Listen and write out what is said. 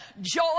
joy